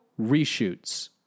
reshoots